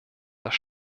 das